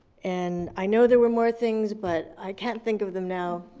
and i know there were more things, but i can't think of them now.